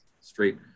straight